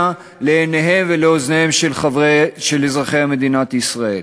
לעיניהם ולאוזניהם של אזרחי מדינת ישראל.